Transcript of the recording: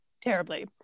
terribly